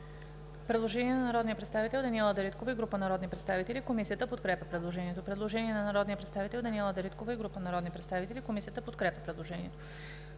предложение на народния представител Даниела Дариткова и група народни представители: Комисията подкрепя предложението.